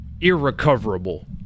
irrecoverable